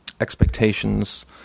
expectations